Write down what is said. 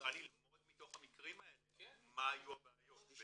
שנוכל ללמוד מתוך המקרים האלה מה היו הבעיות.